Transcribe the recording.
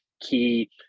key